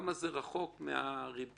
כמה זה רחוק מהריבית